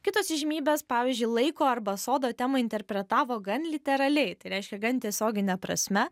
kitos įžymybės pavyzdžiui laiko arba sodo temą interpretavo gan literaliai tai reiškia gan tiesiogine prasme